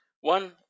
One